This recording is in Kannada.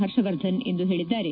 ಹರ್ಷವರ್ಧನ್ ಇಂದು ಹೇಳಿದ್ದಾರೆ